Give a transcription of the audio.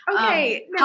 Okay